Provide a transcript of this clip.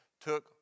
took